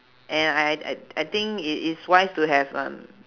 and I I I I think it is wise to have um